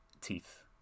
teeth